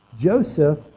Joseph